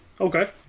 okay